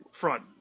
front